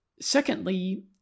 Secondly